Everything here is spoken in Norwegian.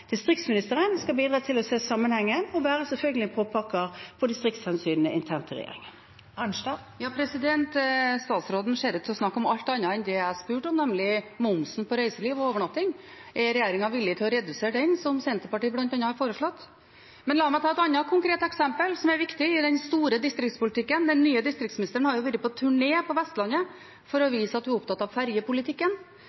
Distriktsministeren skal bidra til å se sammenhengen og selvfølgelig være en «påpakker» for distriktshensynene internt i regjeringen. Det åpnes for oppfølgingsspørsmål – først Marit Arnstad. Statsministeren ser ut til å snakke om alt annet enn det jeg spurte om, nemlig momsen på reiseliv og overnatting. Er regjeringen villig til å redusere den, som Senterpartiet bl.a. har foreslått? Men la meg ta et annet konkret eksempel som er viktig i den store distriktspolitikken. Den nye distriktsministeren har jo vært på turné på Vestlandet for å